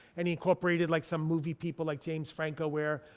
and he incorporated like some movie people like james franco where,